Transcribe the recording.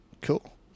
Cool